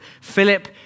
Philip